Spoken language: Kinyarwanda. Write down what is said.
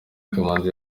kamanzi